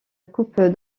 coupe